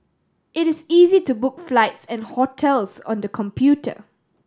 it is easy to book flights and hotels on the computer